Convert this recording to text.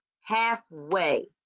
halfway